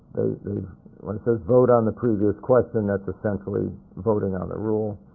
they when it says vote on the previous question, that's essentially voting on the rule,